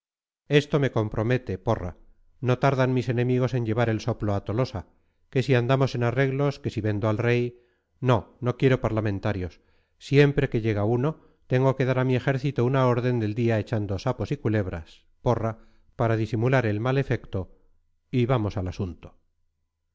esto me compromete porra no tardan mis enemigos en llevar el soplo a tolosa que si andamos en arreglos que si vendo al rey no no quiero parlamentarios siempre que llega uno tengo que dar a mi ejército una orden del día echando sapos y culebras porra para disimular el mal efecto y vamos al asunto